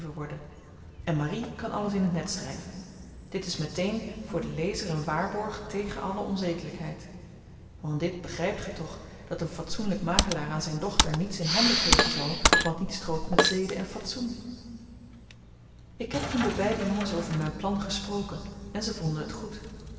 en marie kan alles in t net schryven dit is met één voor den lezer een waarborg tegen alle onzedelykheid want dit begrypt ge toch dat een fatsoenlyk makelaar aan zyn dochter niets in handen geven zal wat niet strookt met zeden en fatsoen ik heb toen de beide jongens over myn plan gesproken en ze vonden het goed